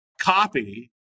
copy